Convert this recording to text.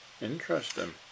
Interesting